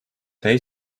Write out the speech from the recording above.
tay